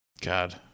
God